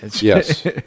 Yes